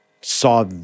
saw